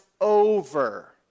over